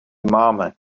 máme